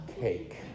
cake